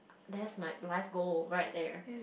that's my life goal right there